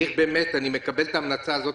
אני מקבל את ההמלצה הזאת,